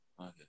Okay